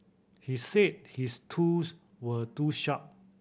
he said his tools were too sharp